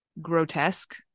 grotesque